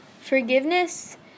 forgiveness